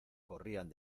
corrían